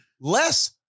less